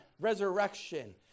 resurrection